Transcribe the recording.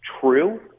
true